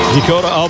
Dakota